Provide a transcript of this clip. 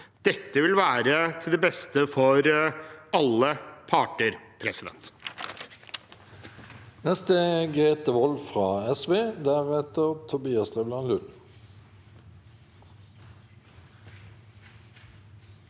Dette vil være til det beste for alle parter. Grete